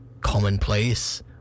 commonplace